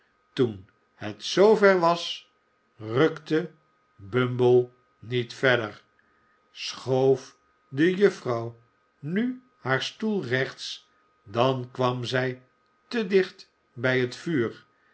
toen het zoover was rukte bumble niet verder schoof de juffrouw nu haar stoel rechts dan kwam zij te dicht bi het vuur